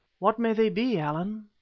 what may they be, allan?